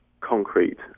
concrete